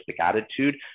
attitude